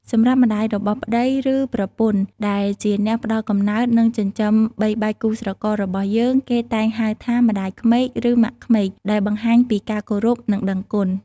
សម្រាប់ម្ដាយរបស់ប្ដី ឬប្រពន្ធ ដែលជាអ្នកផ្ដល់កំណើត និងចិញ្ចឹមបីបាច់គូស្រកររបស់យើង គេតែងហៅថា ម្ដាយក្មេក ឬ ម៉ាក់ក្មេក ដែលបង្ហាញពីការគោរព និងដឹងគុណ។